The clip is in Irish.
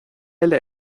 eile